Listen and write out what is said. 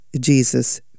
jesus